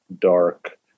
dark